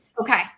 Okay